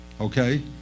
okay